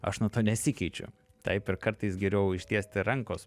aš nuo to nesikeičiu taip ir kartais geriau ištiesti rankos